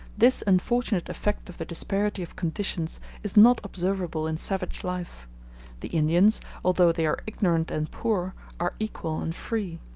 this unfortunate effect of the disparity of conditions is not observable in savage life the indians, although they are ignorant and poor, are equal and free.